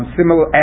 similar